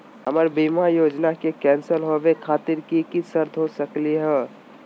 हमर बीमा योजना के कैन्सल होवे खातिर कि कि शर्त हो सकली हो?